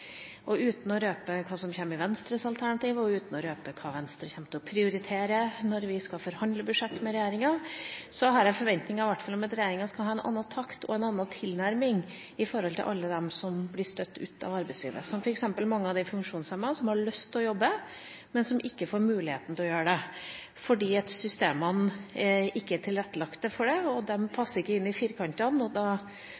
Uten å røpe hva som kommer i Venstres alternative budsjett, og uten å røpe hva Venstre kommer til å prioritere når vi skal forhandle om budsjettet med regjeringa, har jeg i hvert fall forventninger om at regjeringa skal ha en annen takt og en annen tilnærming overfor alle dem som blir støtt ut av arbeidslivet, som f.eks. mange av de funksjonshemmede som har lyst til å jobbe, men som ikke får muligheten til å gjøre det fordi systemene ikke er tilrettelagt for det